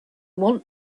want